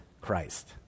Christ